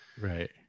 Right